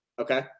okay